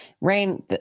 Rain